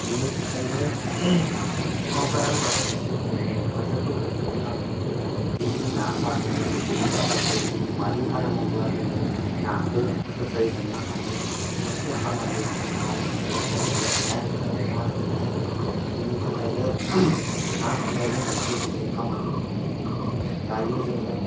बिनि थाखायनो सरखारा माबा मोनसे जोंनो हेफाजाबबो होनोबो नांगौ बिनि ना सारनायनि सुबिदाफोरखो मादि खालामोब्ला जोङो नाखो गोख्रै हमनो हागोन मोनसे खामानि मावनो थाङोब्ला जोंनिबो टाइम थाङो ना हमनाया बिनि थाखायनो ना हमनायाबो मोनसे जोंनि खामानि दायो जोङो